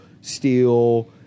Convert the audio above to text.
steel